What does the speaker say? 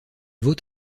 vaut